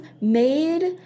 made